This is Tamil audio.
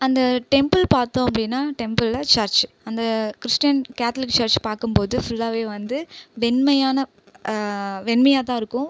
அந்த டெம்ப்பிள் பார்த்தோம் அப்படின்னா டெம்ப்பிளில் சர்ச் அந்த கிறிஸ்டின் கேத்லிக் சர்ச் பார்க்கும் போது ஃபுல்லாவே வந்து வெண்மையான வெண்மையாக தான் இருக்கும்